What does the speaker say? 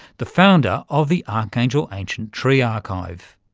the founder of the archangel ancient tree archive.